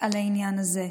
על העניין הזה,